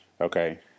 Okay